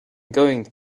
going